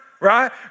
right